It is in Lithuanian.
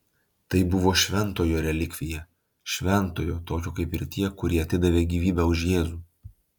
tai buvo šventojo relikvija šventojo tokio kaip ir tie kurie atidavė gyvybę už jėzų